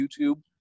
YouTube